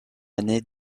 année